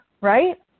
right